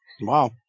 Wow